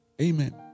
Amen